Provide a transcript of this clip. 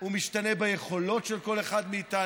הוא משתנה ביכולות של כל אחד מאתנו,